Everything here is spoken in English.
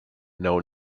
know